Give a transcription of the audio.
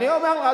אני אומר לך,